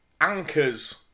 anchors